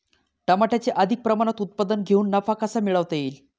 टमाट्याचे अधिक प्रमाणात उत्पादन घेऊन नफा कसा मिळवता येईल?